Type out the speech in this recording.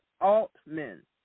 Altman